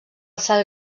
cel